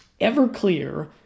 Everclear